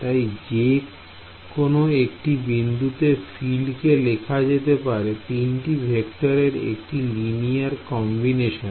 তাই যে কোনো একটি বিন্দুতে ফিল্ডকে লেখা যেতে পারে তিনটি ভেক্টরের একটি লিনিয়ার কম্বিনেশন